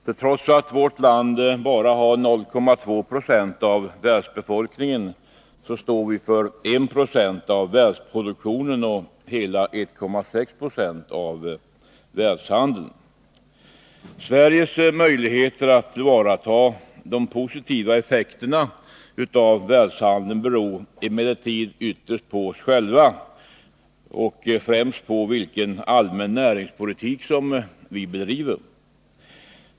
För trots att vårt land bara har 0,2 96 av världsbefolkningen, står vi för 1 70 av världsproduktionen och hela 1,6 2e av världshandeln. Sveriges möjligheter att tillvarata de positiva effekterna av världshandeln beror emellertid ytterst på oss själva, främst på vilken allmän näringspolitik som vi bedriver.